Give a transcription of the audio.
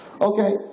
Okay